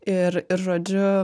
ir ir žodžiu